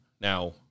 Now